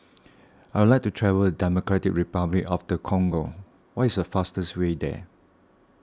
I would like to travel Democratic Republic of the Congo what is the fastest way there